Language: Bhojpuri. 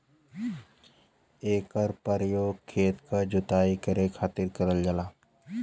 एकर परयोग खेत क जोताई करे खातिर करल जाला